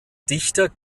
dichter